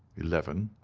eleven,